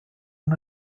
den